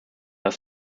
das